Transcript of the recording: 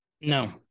No